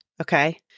okay